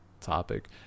topic